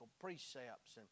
precepts